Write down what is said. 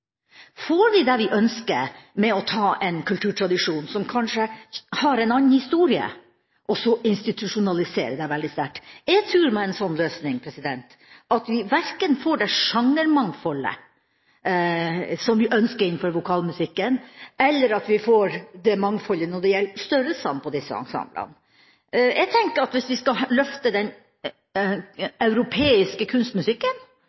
Får vi det vi ønsker, ved å ta en kulturtradisjon, som kanskje har en annen historie, og institusjonalisere den veldig sterkt? Jeg tror at vi med en sånn løsning verken får det sjangermangfoldet som vi ønsker innenfor vokalmusikken, eller mangfoldet når det gjelder størrelsen på disse ensemblene. Jeg tenker at hvis vi skal løfte den europeiske vokale kunstmusikken,